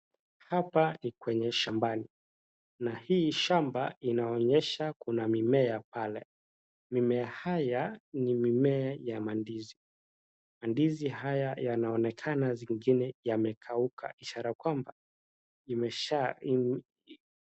Hapa ni kwenye shambani na hii shamba inaonyesha kuna mimea pale. Mimea haya ni mimea ya mandizi. Mandizi haya yanaonekana zingine yamekauka ishara kwamba imesha....